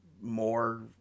more